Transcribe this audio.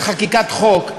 של חקיקת חוק,